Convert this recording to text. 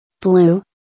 Blue